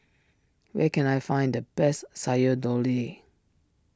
where can I find the best Sayur Lodeh